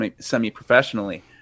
semi-professionally